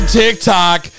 tiktok